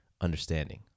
understanding